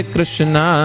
Krishna